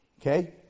Okay